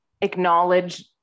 acknowledge